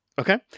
Okay